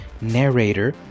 narrator